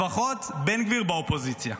לפחות בן גביר באופוזיציה.